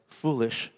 foolish